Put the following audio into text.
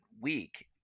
week